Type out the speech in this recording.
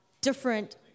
different